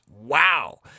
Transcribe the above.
wow